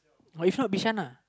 or if not Bishan lah